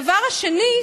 הדבר השני,